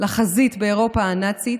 לחזית באירופה הנאצית,